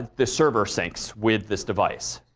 the server syncs with this device.